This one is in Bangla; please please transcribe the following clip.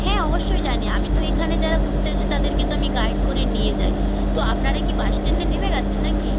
হ্যাঁ অবশ্যই জানি আমি তো এইখানে যারা ঘুরতে আসে তাদেরকে তো আমি গাইড করে নিয়ে যাই তো আপনারা কি বাস স্ট্যান্ডে নেমে গেছেন নাকি